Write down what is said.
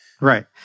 Right